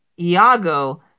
Iago